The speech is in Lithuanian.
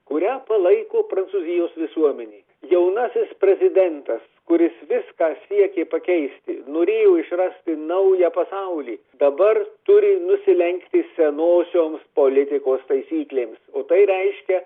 kurią palaiko prancūzijos visuomenė jaunasis prezidentas kuris viską siekė pakeisti norėjo išrasti naują pasaulį dabar turi nusilenkti senosioms politikos taisyklėms o tai reiškia